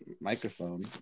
microphone